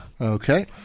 Okay